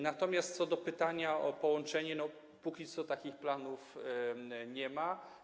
Natomiast co do pytania o połączenie to takich planów nie ma.